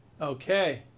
okay